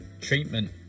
treatment